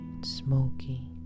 smoky